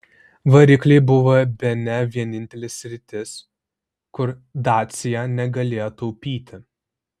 varikliai buvo bene vienintelė sritis kur dacia negalėjo taupyti